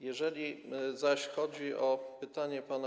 Jeżeli zaś chodzi o pytanie pana